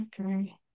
okay